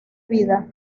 vida